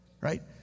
right